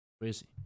crazy